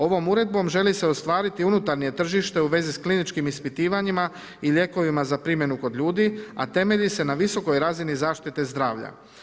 Ovom uredbom želi se ostvariti unutarnje tržište u vezi s kliničkim ispitivanjima i lijekovima za primjenu kod ljudi, a temelji se na visokoj razini zaštite zdravlja.